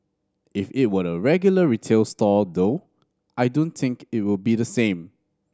if it were a regular retail store though I don't think it would be the same